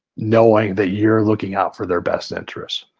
knowing that you're looking out for their best interest.